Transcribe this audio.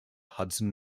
hudson